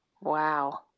Wow